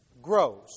grows